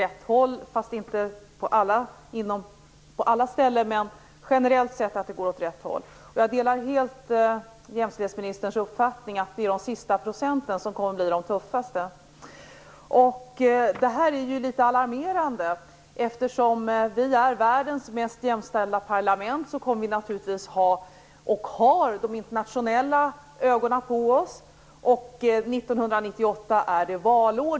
Herr talman! Jag vill tacka för informationen. Det är bra att det generellt sett går åt rätt håll. Jag delar helt jämställdhetsministerns uppfattning, att det är de sista procenten som kommer att bli de tuffaste. Vi har världens mest jämställda parlament. Därför har vi och kommer att ha de internationella ögonen på oss. 1998 är det valår.